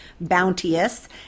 bounteous